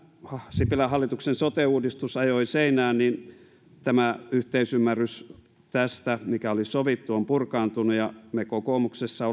sipilän hallituksen sote uudistus ajoi seinään niin yhteisymmärrys tästä mikä oli sovittu purkaantui ja me kokoomuksessa